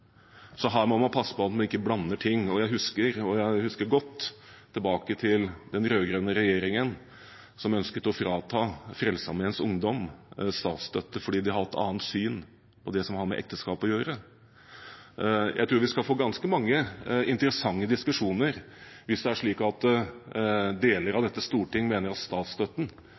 så her må vi passe på at vi ikke blander ting. Jeg husker – og jeg husker godt – tilbake til den rød-grønne regjeringen, som ønsket å frata Frelsesarmeens ungdom statsstøtte fordi de har et annet syn på det som har med ekteskap å gjøre. Jeg tror vi skal få ganske mange interessante diskusjoner hvis det er slik at deler av dette storting mener at statsstøtten